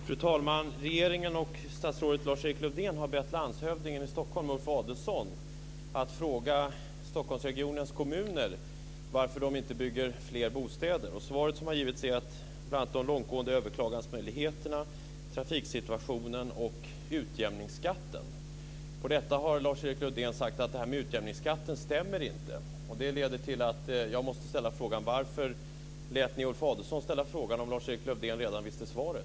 Fru talman! Regeringen och statsrådet Lars-Erik Lövdén har bett landshövdingen i Stockholm, Ulf Adelsohn, att fråga Stockholmsregionens kommuner varför de inte bygger fler bostäder. Svaret som har givits har bl.a. handlat om de långtgående överklagansmöjligheterna, trafiksituationen och utjämningsskatten. På detta har Lars-Erik Lövdén svarat att det här med utjämningsskatten inte stämmer. Det leder till att jag måste undra: Varför lät ni Ulf Adelsohn ställa frågan om Lars-Erik Lövdén redan visste svaret?